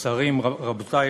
השרים, רבותי